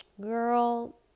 girl